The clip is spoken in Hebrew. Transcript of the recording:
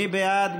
מי בעד?